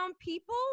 people